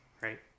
right